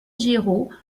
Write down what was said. giraud